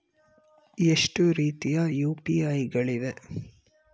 ಎಷ್ಟು ರೀತಿಯ ಯು.ಪಿ.ಐ ಗಳಿವೆ?